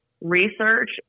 research